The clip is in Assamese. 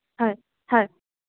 হয় হয়